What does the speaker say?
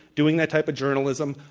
doing that type of journalism,